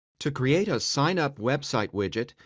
to create a sign-up website widget,